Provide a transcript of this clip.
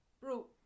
Bro